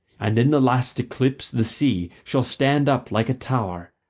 and in the last eclipse the sea shall stand up like a tower,